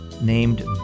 named